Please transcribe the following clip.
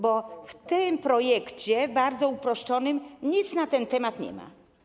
Bo w tym projekcie, bardzo uproszczonym, nic na ten temat nie ma.